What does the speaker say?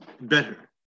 better